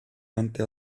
wandte